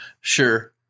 sure